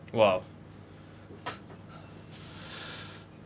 !wow!